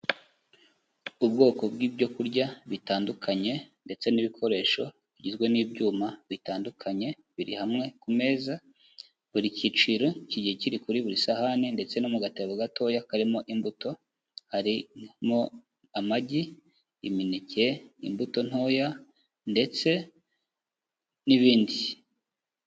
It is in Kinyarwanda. Ubwoko bw'ibyo kurya bitandukanye, ndetse n'ibikoresho bigizwe n'ibyuma bitandukanye, biri hamwe ku meza, buri cyiciro kigiye kiri kuri buri sahani ndetse no mu gatebo gatoya karimo imbuto, harimo amagi, imineke, imbuto ntoya, ndetse n'ibindi.